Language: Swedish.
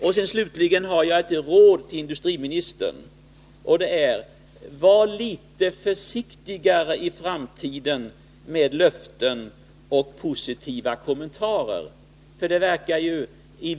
Varv AB Slutligen har jag ett råd till industriministern: Var litet försiktigare i framtiden med löften och positiva kommentarer!